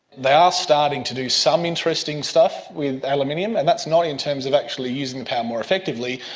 they are starting to do some interesting stuff with aluminium, and that's not in terms of actually using the power more effectively,